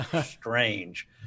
Strange